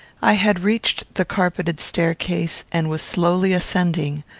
i had reached the carpeted staircase, and was slowly ascending,